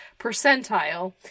Percentile